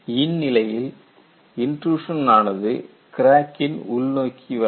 இந்நிலையில் இன்ட்ரூஷன் ஆனது கிராக்கின் உள்நோக்கி வளரும்